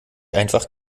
einfach